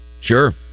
sure